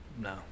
No